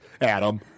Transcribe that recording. Adam